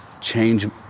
change